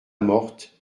morte